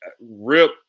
Rip